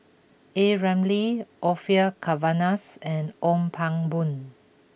A Ramli Orfeur Cavenaghs and Ong Pang Boon